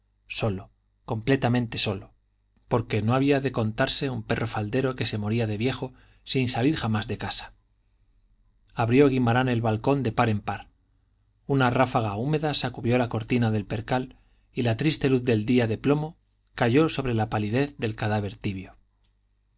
solo completamente solo porque no había de contarse un perro faldero que se moría de viejo sin salir jamás de casa abrió guimarán el balcón de par en par una ráfaga húmeda sacudió la cortina de percal y la triste luz del día de plomo cayó sobre la palidez del cadáver tibio